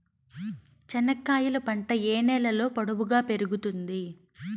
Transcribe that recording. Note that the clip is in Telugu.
చెనక్కాయలు పంట ఏ నేలలో పొడువుగా పెరుగుతుంది?